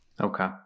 Okay